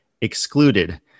Excluded